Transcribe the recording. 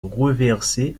reversée